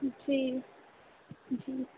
جی جی